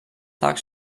tag